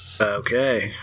Okay